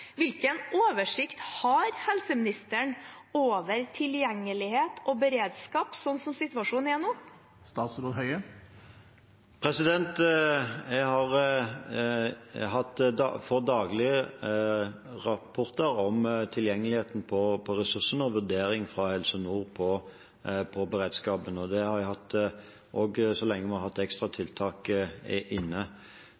hvilken oversikt har helseministeren over tilgjengelighet og beredskap, slik situasjonen er nå? Jeg får daglige rapporter om tilgjengeligheten på ressursene og vurderinger fra Helse Nord av beredskapen, og det har jeg fått så lenge vi har hatt ekstra